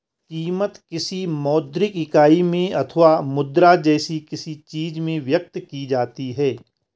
कीमत, किसी मौद्रिक इकाई में अथवा मुद्रा जैसी किसी चीज में व्यक्त की जाती है